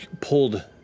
pulled